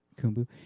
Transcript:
Kumbu